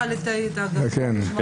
אני חי